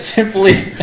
Simply-